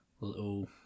little